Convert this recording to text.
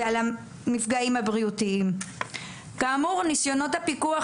רבים מהם סובלים ממחלות בדרכי הנשימה,